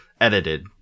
edited